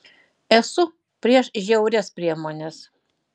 esu prieš prieš žiaurias priemones